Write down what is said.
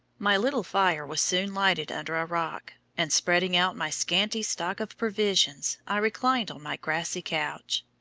my little fire was soon lighted under a rock, and, spreading out my scanty stock of provisions, i reclined on my grassy couch.